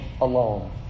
alone